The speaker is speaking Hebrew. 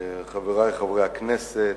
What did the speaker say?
חברי חברי הכנסת,